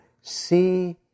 see